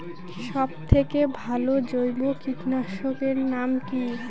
সব থেকে ভালো জৈব কীটনাশক এর নাম কি?